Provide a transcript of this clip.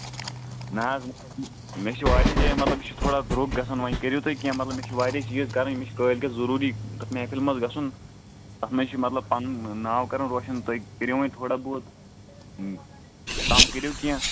نہ حظ مطلب یہِ مےٚ چھِ واریاہن جایَن مطلب مےٚ چھِ تھوڑا دروٚگ گژھان وۄنۍ کٔرِو تُہۍ کیٚنہہ مطلب مےٚ چھِ واریاہ چیٖز کَرٕنۍ مےٚ چھِ کٲلۍکٮ۪تھ ضٔروٗری تَتھ محفِلہِ منٛز گژھُن تَتھ منٛز چھِ مطلب پَنُن ناو کَرُن روشَن تُہۍ کٔرِو وَنۍ تھوڑا بہت کَم کٔرِو کیٚنہہ